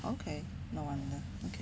okay no wonder okay